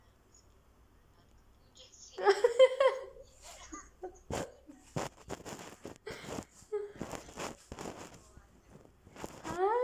!huh!